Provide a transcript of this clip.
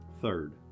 Third